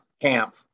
camp